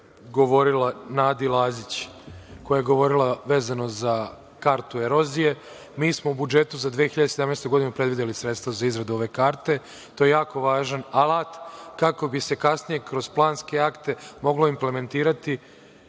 koleginici koja je govorila vezano za kartu erozije, Nadi Lazić. Mi smo u budžetu za 2017. godinu predvideli sredstva za izradu ove karte. To je jako važan alat kako bi se kasnije kroz planske akte mogla implementirati